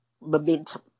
momentum